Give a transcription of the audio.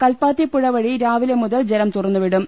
കൽപ്പാത്തി പൂഴ വഴി രാവിലെ മുതൽ ജലം തുറന്നുവിടും